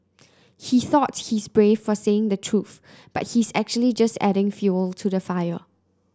she thought she's brave for saying the truth but he's actually just adding fuel to the fire